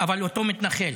אבל אותו מתנחל,